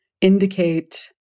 indicate